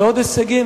ועוד הישגים.